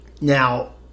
Now